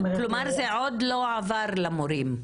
כלומר, זה עוד לא עבר למורים.